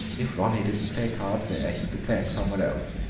if ronnie didn't play cards there he'd be playing somewhere else.